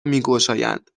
میگشایند